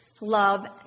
love